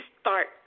start